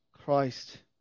Christ